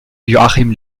joachim